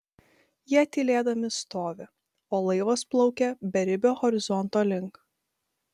jie tylėdami stovi o laivas plaukia beribio horizonto link